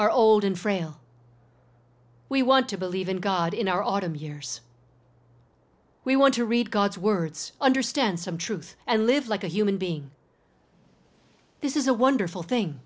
are old and frail we want to believe in god in our autumn years we want to read god's words understand some truth and live like a human being this is a wonderful thing